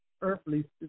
earthly